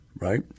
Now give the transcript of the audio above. right